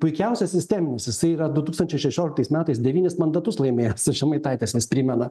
puikiausia sisteminis jisai yra du tūkstančiai šešioliktais metais devynis mandatus laimėjęs ir žemaitaitis vis primena